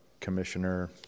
Commissioner